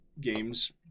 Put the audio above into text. games